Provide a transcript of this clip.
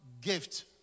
Gift